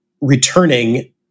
returning